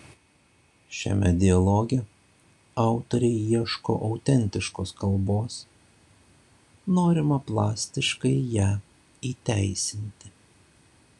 šiame dialoge autoriai ieško autentiškos kalbos norima plastiškai ją įteisinti